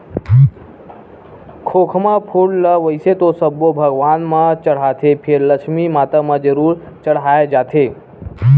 खोखमा फूल ल वइसे तो सब्बो भगवान म चड़हाथे फेर लक्छमी माता म जरूर चड़हाय जाथे